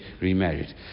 remarried